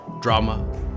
drama